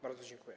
Bardzo dziękuję.